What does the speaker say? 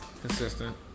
Consistent